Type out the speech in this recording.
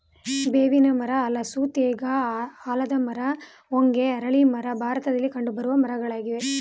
ಬೇವಿನ ಮರ, ಹಲಸು, ತೇಗ, ಆಲದ ಮರ, ಹೊಂಗೆ, ಅರಳಿ ಮರ ಭಾರತದಲ್ಲಿ ಕಂಡುಬರುವ ಮರಗಳಾಗಿವೆ